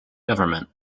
government